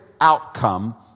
outcome